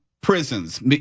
prisons